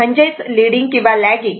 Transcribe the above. म्हणजेच लीडिंग किंवा लॅगिंग